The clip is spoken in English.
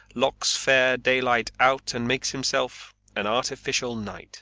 locks fair daylight out and makes himself an artificial night